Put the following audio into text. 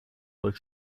durch